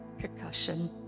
percussion